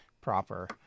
proper